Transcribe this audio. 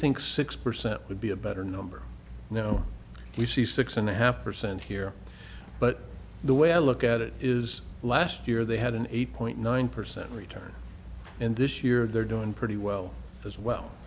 think six percent would be a better number you know we see six and a half percent here but the way i look at it is last year they had an eight point nine percent return and this year they're doing pretty well as well